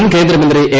മുൻ കേന്ദ്ര മന്ത്രി എ